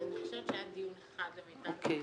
אני חושבת שהיה דיון אחד, למיטב זכרוני.